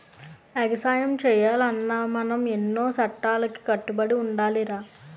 ఎగసాయం సెయ్యాలన్నా మనం ఎన్నో సట్టాలకి కట్టుబడి ఉండాలిరా